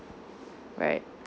right